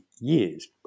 years